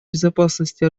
безопасности